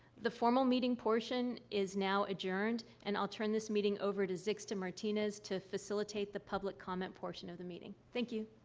the formal meeting portion is now adjourned, and i'll turn this meeting over to zixta martinez to facilitate the public comment portion of the meeting. thank you.